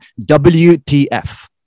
WTF